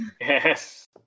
Yes